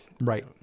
Right